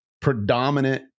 predominant